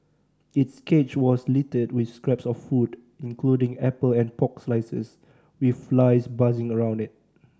its cage was littered with scraps of food including apple and pork slices with flies buzzing around it